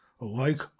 alike